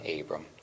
Abram